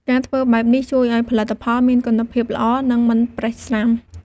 ការធ្វើបែបនេះជួយឱ្យផលិតផលមានគុណភាពល្អ និងមិនប្រេះស្រាំ។